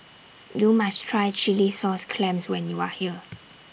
YOU must Try Chilli Sauce Clams when YOU Are here